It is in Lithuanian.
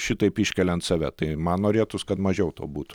šitaip iškeliant save tai man norėtųs kad mažiau to būtų